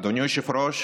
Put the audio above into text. אדוני היושב-ראש,